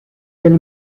del